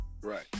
Right